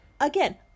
again